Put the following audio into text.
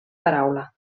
paraula